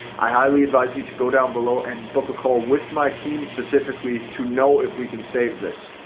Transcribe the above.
i highly advise you to go down below and book a call with my team specifically to know if we can save this,